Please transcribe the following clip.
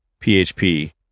php